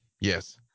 Yes